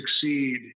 succeed